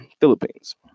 Philippines